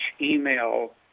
email